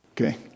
Okay